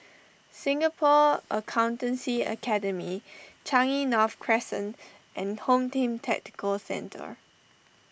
Singapore Accountancy Academy Changi North Crescent and Home Team Tactical Centre